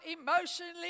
emotionally